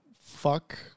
fuck